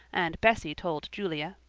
and bessie told julia.